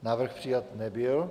Návrh přijat nebyl.